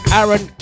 Aaron